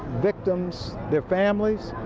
victims, their families,